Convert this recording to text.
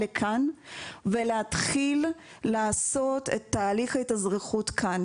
אז היום אנחנו מארחים את האזרחים משאר מדינות העולם ונותנים להם מענה.